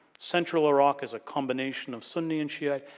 central iraq is ah combination of suni and shiite,